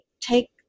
take